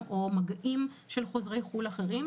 או כתוצאה ממגעים עם חוזרי חו"ל אחרים.